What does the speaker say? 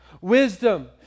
Wisdom